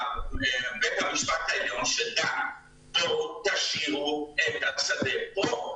המשפט העליון שדן בנושא שישאירו את השדה כאן.